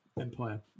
Empire